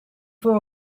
fou